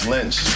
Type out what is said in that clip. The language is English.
Lynch